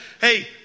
hey